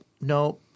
no